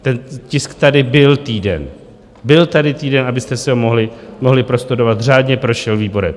Ten tisk tady byl týden, byl tady týden, abyste si ho mohli prostudovat, řádně prošel výborem.